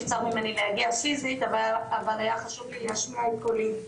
נבצר ממני להגיע פיזית אבל היה חשוב לי להשמיע את קולי.